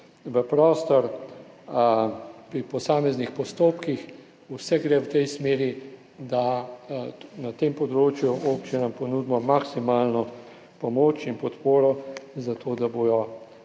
v prostor, pri posameznih postopkih. Vse gre v tej smeri, da na tem področju občinam ponudimo maksimalno pomoč in podporo, zato da bodo